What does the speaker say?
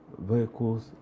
vehicles